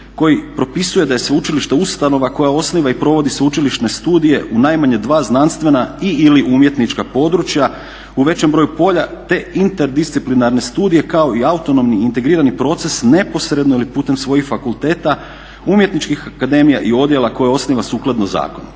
koji propisuje da je Sveučilište ustanova koje osniva i provodi sveučilišne studije u najmanje dva znanstvena i/ili umjetnička područja u većem broju polja, te interdisciplinarne studije kao i autonomni integrirani proces neposredno ili putem svojih fakulteta, umjetničkih akademija i odjela koje osniva sukladno zakonu.